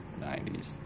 90s